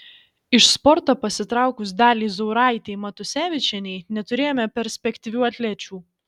iš sporto pasitraukus daliai zauraitei matusevičienei neturėjome perspektyvių atlečių